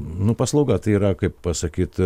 nu paslauga tai yra kaip pasakyt